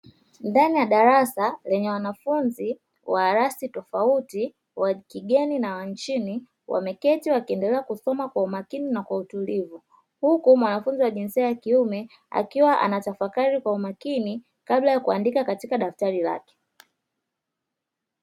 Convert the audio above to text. Ndani ya darasa lenye wanafunzi wa asili tofauti wa kigeni na wa nchini wameketi wakiendelea kusoma kwa umakini na kwa utulivu. huku mwanafunzi wa jinsia ya kiume akiwa anatafakari kwa umakini kabla ya kuandika katika daftari lake.